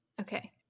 Okay